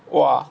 !wah!